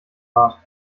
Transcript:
rat